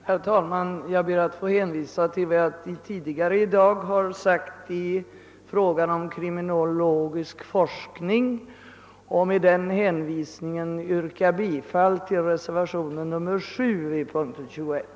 Herr talman! Jag ber att få hänvisa till vad jag anfört tidigare i dag beträffande frågan om kriminologisk forskning. Med den hänvisningen yrkar jag bifall till reservationen 7 vid punkten 21: